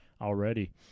already